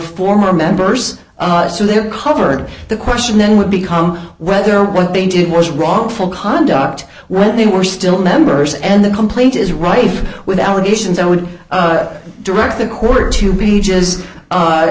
former members so they're covered the question then would become whether what they did was wrong for conduct when they were still members and the complaint is rife with allegations i would direct the court to